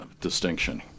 distinction